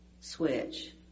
switch